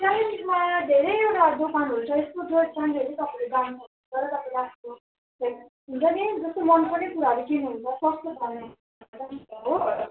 कालिम्पोङमा धेरैवटा दोकानहरू छ यस्तो जो चाहिनेहरू तपाईँले दाम हुन्छ नि जस्तो मन पर्ने कुराहरू किन्नुहुन्छ सस्तो दाम हो